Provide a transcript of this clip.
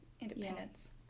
independence